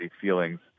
feelings